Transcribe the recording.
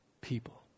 people